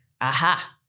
Aha